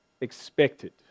Expected